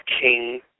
king